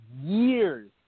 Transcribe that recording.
years